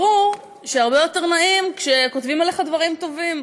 ברור שהרבה יותר נעים כשכותבים עליך דברים טובים.